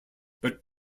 but